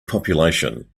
population